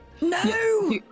No